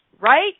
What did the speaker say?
Right